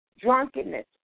drunkenness